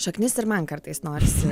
šaknis ir man kartais norisi